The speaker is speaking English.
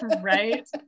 right